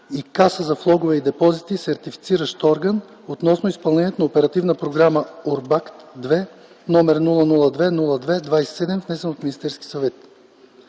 и Каса за влогове и депозити –Сертифициращ орган, относно изпълнението на Оперативна програма „УРБАКТ ІІ”, № 002-02-27, внесен от Министерски съвет